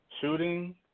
shooting